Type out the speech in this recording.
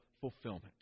fulfillment